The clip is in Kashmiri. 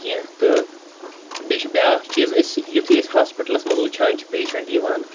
کینٛہہ تہٕ بیٚیہِ چھِ بیٛاکھ چیٖز أسۍ یُتھے أسۍ ہاسپِٹَلَس منٛز وٕچھان چھِ پیشَنٛٹ یِوان